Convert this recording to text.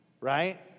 Right